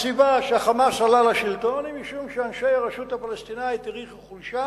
הסיבה שה"חמאס" עלה לשלטון היא שאנשי הרשות הפלסטינית הריחו חולשה,